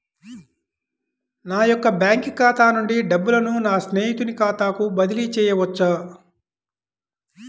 నా యొక్క బ్యాంకు ఖాతా నుండి డబ్బులను నా స్నేహితుని ఖాతాకు బదిలీ చేయవచ్చా?